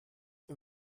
wir